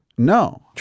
no